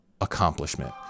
accomplishment